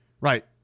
Right